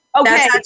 Okay